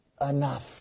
enough